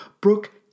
Brooke